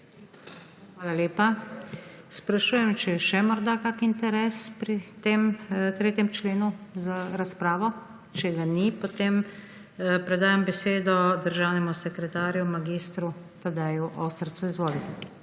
Hvala lepa. Sprašujem, če je še morda kakšen interes pri tem 3. členu za razpravo? Če ga ni, potem predajam besedo državnemu sekretarju, mag. Tadeju Ostrcu. Izvolite.